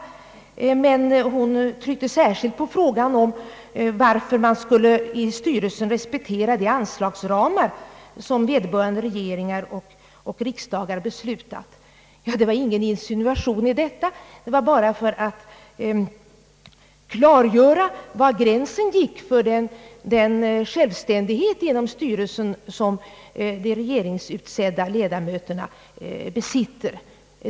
Fru Segerstedt Wiberg tryckte dock särskilt på frågan varför styrelsen skulle respektera de anslagsramar vederbörande regeringar och riksdagar beslutat. Det var ingen insinuation i detta. Jag sade det bara för att klargöra var gränsen gick för den självständighet som de regeringsutsedda styrelseledamöterna besitter.